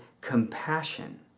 compassion